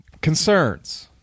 Concerns